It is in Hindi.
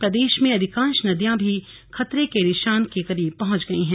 प्रदेश में अधिकांश नदियां भी खतरे के निशान के करीब पहुंच गई हैं